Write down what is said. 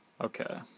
Okay